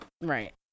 Right